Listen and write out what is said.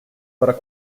are